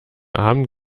abend